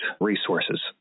resources